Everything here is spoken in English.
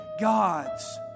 gods